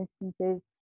instances